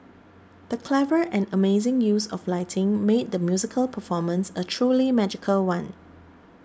the clever and amazing use of lighting made the musical performance a truly magical one